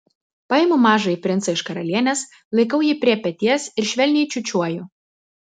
paimu mažąjį princą iš karalienės laikau jį prie peties ir švelniai čiūčiuoju